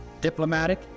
diplomatic